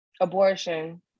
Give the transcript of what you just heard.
abortion